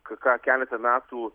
ką keletą metų